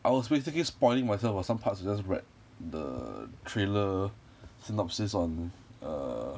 I was basically spoiling myself for some parts I just read the trailer synopsis on err